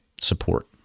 support